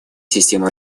системы